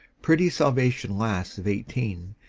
pretty salvation lass of eighteen,